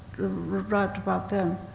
write about them,